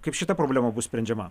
kaip šita problema bus sprendžiama